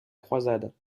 croisade